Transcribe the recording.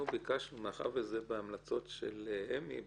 אנחנו ביקשנו, מאחר שזה בהמלצות של אמי,